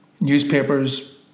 newspapers